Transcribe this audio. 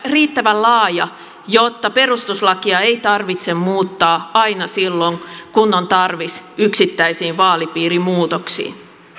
riittävän laaja jotta perustuslakia ei tarvitse muuttaa aina silloin kun on tarvis yksittäisiin vaalipiirimuutoksiin